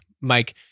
Mike